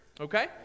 Okay